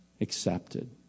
accepted